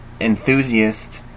enthusiast